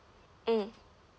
mm